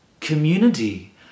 community